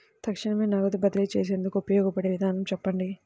తక్షణమే నగదు బదిలీ చేసుకునేందుకు ఉపయోగపడే విధానము చెప్పండి?